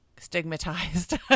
stigmatized